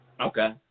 Okay